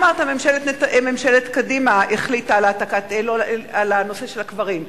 אמרת: ממשלת קדימה החליטה על הנושא של הקברים.